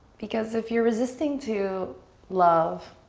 because if you're resisting to love